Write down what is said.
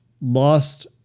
lost